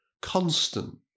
constant